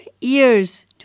ears